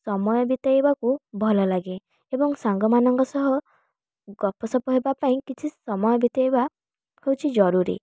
ସମୟ ବିତେଇବାକୁ ଭଲ ଲାଗେ ଏବଂ ସାଙ୍ଗମାନଙ୍କ ସହ ଗପସପ ହେବା ପାଇଁ କିଛି ସମୟ ବିତେଇବା ହେଉଛି ଜରୁରୀ